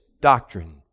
doctrine